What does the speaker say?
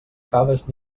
faves